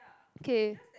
okay